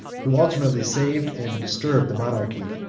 who alternately saved and disturbed the monarchy,